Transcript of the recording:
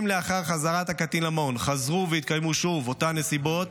אם לאחר חזרת הקטין למעון חזרו והתקיימו שוב אותן נסיבות,